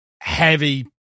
heavy